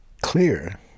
clear